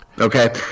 Okay